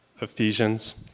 Ephesians